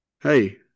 Hey